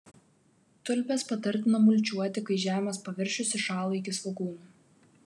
tulpes patartina mulčiuoti kai žemės paviršius įšąla iki svogūnų